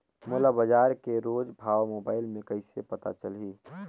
मोला बजार के रोज भाव मोबाइल मे कइसे पता चलही?